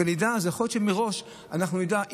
יכול להיות שמראש נדע.